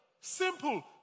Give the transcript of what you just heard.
Simple